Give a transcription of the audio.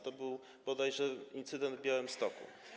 To był bodajże incydent w Białymstoku.